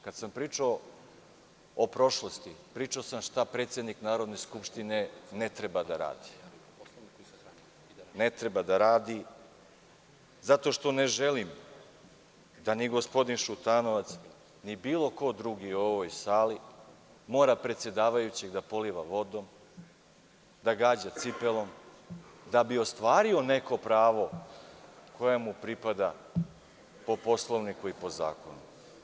Kada sam pričao prošlosti, pričao sam šta predsednik Narodne skupštine ne treba da radi, zato što ne želim da ni gospodin Šutanovac, ni bilo ko drugi u ovoj sali mora predsedavajućeg da poliva vodom, da gađa cipelom, da bi ostvario neko pravo koje mu pripada po Poslovniku i po zakonu.